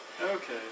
Okay